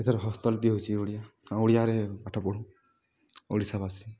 ଏଥିରେ ହସ୍ତଲିପି ହେଉଛି ଓଡ଼ିଆ ଆ ଓଡ଼ିଆରେ ପାଠ ପଢ଼ୁ ଓଡ଼ିଶାବାସୀ